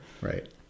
right